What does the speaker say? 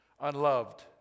unloved